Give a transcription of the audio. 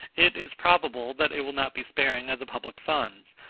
it is probable that it will not be sparing of the public funds,